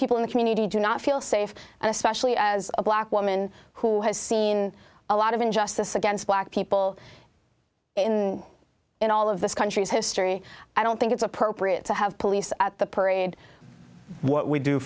people in the community do not feel safe and especially as a black woman who has seen a lot of injustice against black people in in all of this country's history i don't think it's appropriate to have police at the parade what we do